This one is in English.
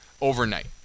overnight